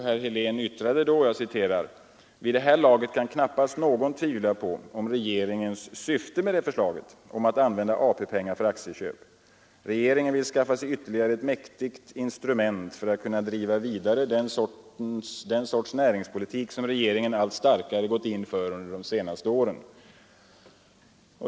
Herr Helén yttrade bl.a.: ”Vid det här laget kan knappast någon tvivla om regeringens syfte med förslaget om att använda AP-pengar för aktieköp. Regeringen vill skaffa sig ytterligare ett mäktigt instrument för att kunna driva vidare den sorts näringspolitik som regeringen allt starkare gått in för de senaste åren.